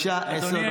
בבקשה, עשר דקות.